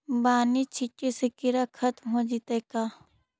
बानि छिटे से किड़ा खत्म हो जितै का?